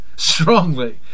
strongly